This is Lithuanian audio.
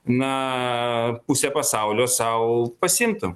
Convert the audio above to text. na pusę pasaulio sau pasiimtų